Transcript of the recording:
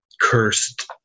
cursed